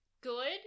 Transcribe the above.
good